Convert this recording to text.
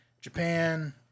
Japan